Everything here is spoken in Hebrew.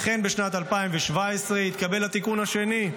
לכן בשנת 2017 התקבל התיקון השני,